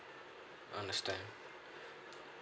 understand